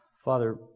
Father